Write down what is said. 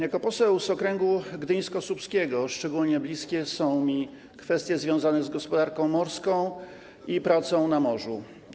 Jako posłowi z okręgu gdyńsko-słupskiego szczególnie bliskie są mi kwestie związane z gospodarką morską i pracą na morzu.